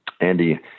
Andy